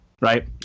right